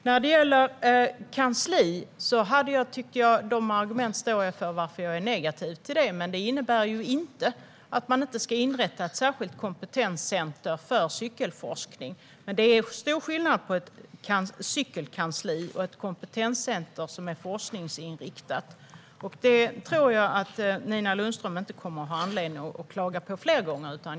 När det gäller ett kansli står jag för mina argument mot det. Det innebär dock inte att man inte ska inrätta ett särskilt kompetenscenter för cykelforskning. Men det är stor skillnad på ett cykelkansli och ett kompetenscenter som är forskningsinriktat. Jag tror att Nina Lundström inte kommer att ha anledning att klaga på det fler gånger.